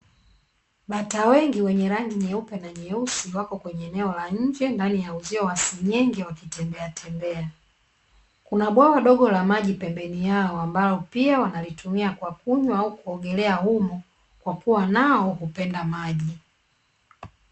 Bata wengi wenye rangi nyeupe na nyeusi wako kwenye eneo la nje ndani ya uzio wa senyenge wakitembea tembea. Kuna bwawa dogo la maji pembeni yao ambalo pia wanalitumia kwa kunywa au kuogelea humo kwa kuwa nao hupenda maji.